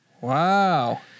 Wow